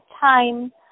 time